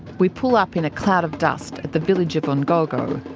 we pull up in a cloud of dust at the village of ungogo.